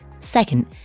Second